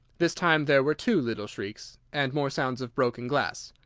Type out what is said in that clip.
this time there were two little shrieks, and more sounds of broken glass.